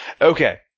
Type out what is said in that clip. Okay